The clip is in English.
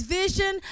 vision